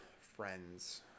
friends